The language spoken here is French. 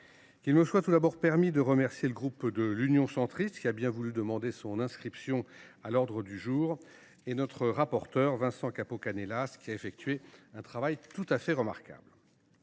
Qu’il me soit tout d’abord permis de remercier le groupe Union Centriste, qui a bien voulu demander son inscription à l’ordre du jour de nos travaux, et notre rapporteur Vincent Capo Canellas, qui a accompli un travail tout à fait remarquable.